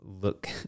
look